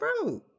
bro